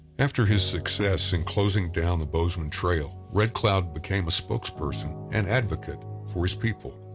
after his success in closing down the bozeman trail, red cloud became a spokesperson and advocate for his people,